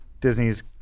Disney's